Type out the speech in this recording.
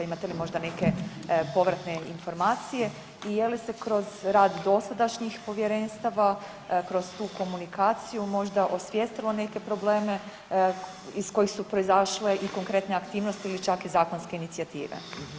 Imate li neke povratne informacije i je li se kroz rad dosadašnjih povjerenstava, kroz tu komunikaciju možda osvijestilo neke probleme iz kojih su proizašle i konkretne aktivnosti ili čak i zakonske inicijative.